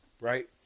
right